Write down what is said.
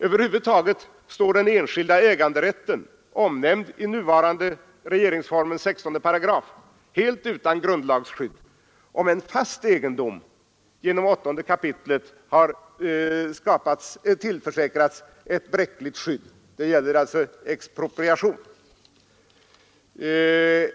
Över huvud taget står den enskilda äganderätten, omnämnd i nuvarande regeringsformens 16 §, helt utan grundlagsskydd om än fast egendom genom 8 kap. har tillförsäkrats bräckligt skydd. Det gäller alltså där expropriation.